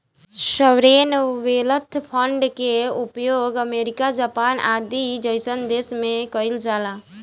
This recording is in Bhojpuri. सॉवरेन वेल्थ फंड के उपयोग अमेरिका जापान आदि जईसन देश में कइल जाला